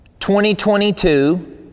2022